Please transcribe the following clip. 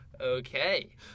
Okay